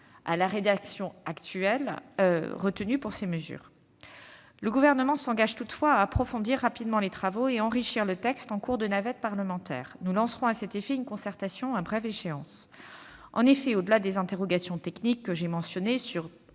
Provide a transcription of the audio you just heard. à la rédaction retenue pour ces mesures. Le Gouvernement s'engage toutefois à approfondir rapidement les travaux et à enrichir le texte en cours de navette parlementaire. Nous lancerons à cet effet une concertation à brève échéance. En effet, au-delà des interrogations techniques que j'ai mentionnées sur